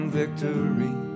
victory